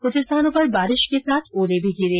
कृछ स्थानों पर बारिश के साथ ओले भी गिरे